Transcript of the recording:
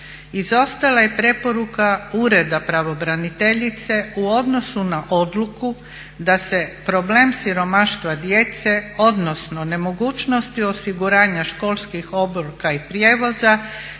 Izostala je preporuka Ureda pravobraniteljice u odnosu na odluku da se problem siromaštva djece, odnosno nemogućnosti osiguranja školskih obroka i prijevoza